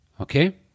okay